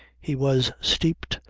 he was steeped,